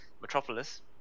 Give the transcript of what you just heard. Metropolis